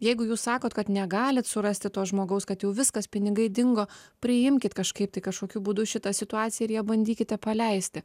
jeigu jūs sakot kad negalit surasti to žmogaus kad jau viskas pinigai dingo priimkit kažkaip tai kažkokiu būdu šitą situaciją ir ją bandykite paleisti